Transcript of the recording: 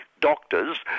doctors